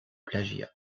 plagiat